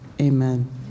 amen